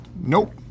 Nope